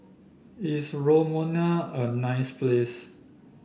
is Romania a nice place